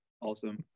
Awesome